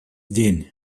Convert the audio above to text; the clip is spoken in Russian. день